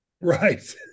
right